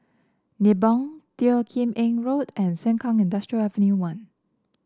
Nibong Teo Kim Eng Road and Sengkang Industrial Avenue One